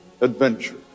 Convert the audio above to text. adventure